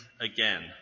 again